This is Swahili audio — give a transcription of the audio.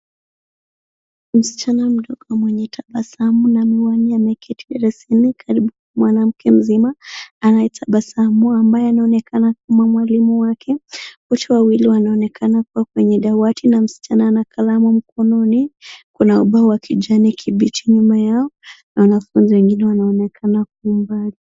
Msichana mdogo mwenye tabasamu na miwani ameketi darasani karibu na mwanamke mzima anayetabasamu na ambaye anaonekana kama mwalimu wake. Wote wawili wanaonekana kuwa kwenye dawati na msichana ana kalamu mkononi. Kuna ubao wa kijani kibichi nyuma yao. Wanafunzi wengine wanaonekana nyuma yao.